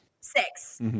Six